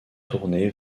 tournée